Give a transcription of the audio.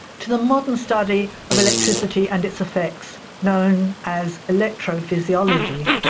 to the modern study of electricity and its effects, known as electrophysiology.